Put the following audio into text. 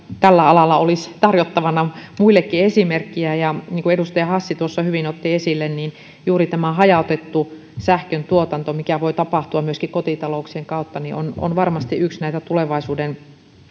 tällä alalla olisi tarjottavana muillekin esimerkkiä ja niin kuin edustaja hassi hyvin otti esille juuri tämä hajautettu sähkön tuotanto mikä voi tapahtua myöskin kotitalouksien kautta on on varmasti yksi tulevaisuuden